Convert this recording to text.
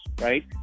right